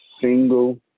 single